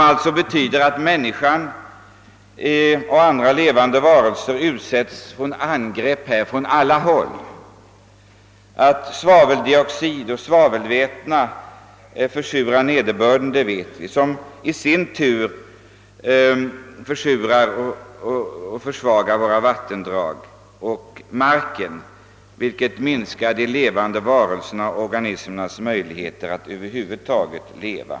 Detta betyder att vi och andra levande varelser utsättes för angrepp från alla håll. Vi vet att svaveldioxid och svavelväten försurar nederbörden, vilken då i sin tur försurar och försämrar våra vattendrag och vår mark, och detta minskar de levande varelsernas och organismernas möjligheter att över huvud taget kunna leva.